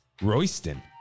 Royston